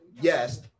Yes